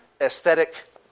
aesthetic